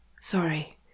sorry